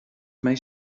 mbeidh